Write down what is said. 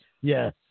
Yes